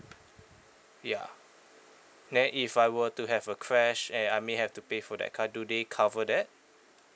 ya then if I were to have a crash and I may have to pay for that car do they cover that